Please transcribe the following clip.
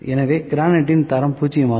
எனவே கிரானைட்டின் தரம் பூஜ்ஜியமாகும்